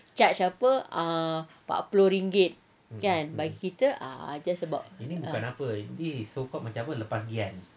charge apa ah apa empat puluh ringit kan bagi kita ah just about